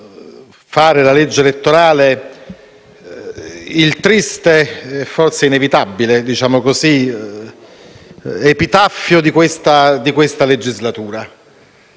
fare la legge elettorale il triste, e forse inevitabile, epitaffio di questa legislatura.